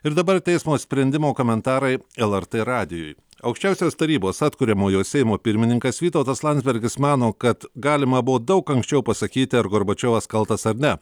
ir dabar teismo sprendimo komentarai elartė radijui aukščiausios tarybos atkuriamojo seimo pirmininkas vytautas landsbergis mano kad galima buvo daug anksčiau pasakyti ar gorbačiovas kaltas ar ne